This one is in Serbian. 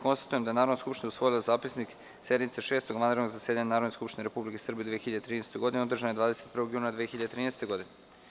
Konstatujem da je Narodna skupština usvojila Zapisnik sednice Šestog vanrednog zasedanja Narodne skupštine Republike Srbije u 2013. godini, održane 21. juna 2013. godine.